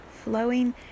flowing